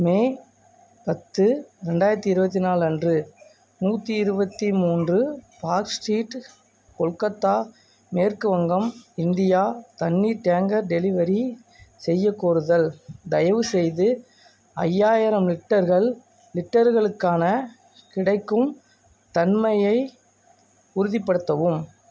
மே பத்து ரெண்டாயிரத்து இருபத்தி நாலு அன்று நூற்றி இருபத்தி மூன்று பார்க் ஸ்ட்ரீட் கொல்கத்தா மேற்கு வங்கம் இந்தியா தண்ணீர் டேங்கர் டெலிவரி செய்யக் கோருதல் தயவு செய்து ஐயாயிரம் லிட்டர்கள் லிட்டர்களுக்கான கிடைக்கும் தன்மையை உறுதிப்படுத்தவும்